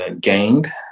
gained